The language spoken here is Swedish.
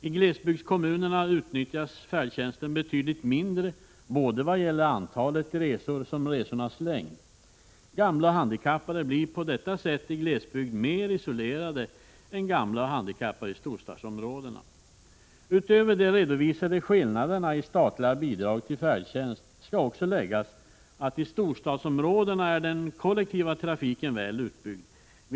I glesbygdskommunerna utnyttjas färdtjänsten i betydligt mindre utsträckning, både när det gäller antalet resor och när det gäller resornas längd. Gamla och handikappade i glesbygd blir på detta sätt mer isolerade än gamla och handikappade i storstadsområdena. Utöver de redovisade skillnaderna i statliga bidrag till färdtjänst skall också läggas att den kollektiva trafiken är väl utbyggd i storstadsområdena.